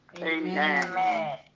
Amen